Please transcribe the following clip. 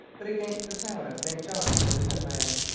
but against the town of st john's, in newfoundland.